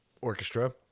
orchestra